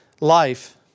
life